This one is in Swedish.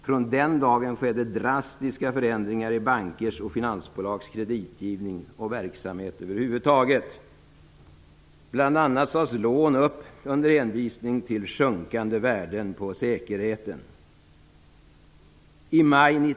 Från den dagen skedde drastiska förändringar i bankers och finansbolags kreditgivning och verksamhet över huvud taget. Bl.a. sades lån upp under hänvisning till sjunkande värden på säkerheten.